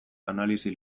analisi